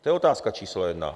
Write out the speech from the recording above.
To je otázka číslo jedna.